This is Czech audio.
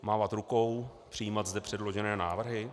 Mávat rukou, přijímat zde předložené návrhy?